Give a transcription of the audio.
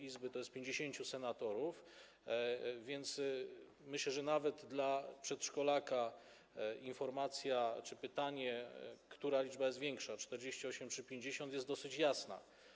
Izby to jest 50 senatorów, więc myślę, że nawet dla przedszkolaka odpowiedź na pytanie, która liczba jest większa, 48 czy 50, jest dosyć jasna.